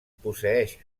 posseeix